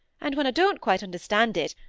and when i don't quite understand it,